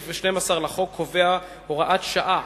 סעיף 12 לחוק קובע הוראת שעה